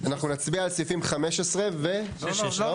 אז אנחנו נצביע על סעיפים 15 ו-16 ביחד.